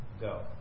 go